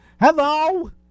Hello